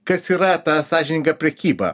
kas yra ta sąžininga prekyba